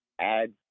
add